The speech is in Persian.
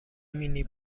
مینی